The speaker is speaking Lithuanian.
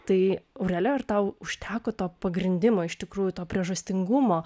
tai aurelija ar tau užteko to pagrindimo iš tikrųjų to priežastingumo